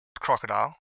crocodile